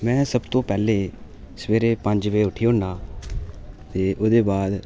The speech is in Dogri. में सब तो पैह्ले सबेरै पंज बजे उट्ठी होन्ना ते ओह्दे बाद